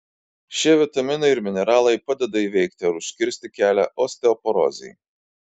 šie vitaminai ir mineralai padeda įveikti ar užkirsti kelią osteoporozei